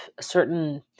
certain